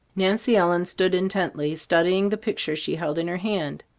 nancy ellen stood intently studying the picture she held in her hand.